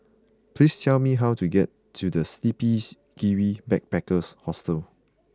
please tell me how to get to The Sleepy Kiwi Backpackers Hostel